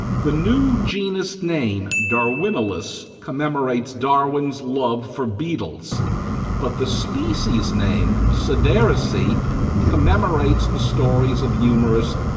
the new genus name, darwinilus, commemorates darwin's love for beetles but the species name, sedarisi, commemorates the stories of humourist,